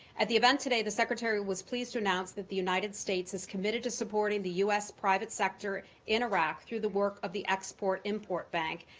at the event today, the secretary was pleased to announce that the united states is committed to supporting the u s. private sector in iraq through the work of the export-import bank,